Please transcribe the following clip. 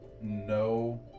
no